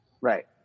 right